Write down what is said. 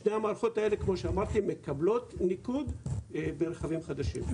שתי המערכות האלה מקבלות ניקוד ברכבים חדשים.